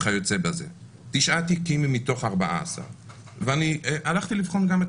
וכיוצא בזה; תשעה תיקים מתוך 14. והלכתי לבחון גם את